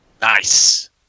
Nice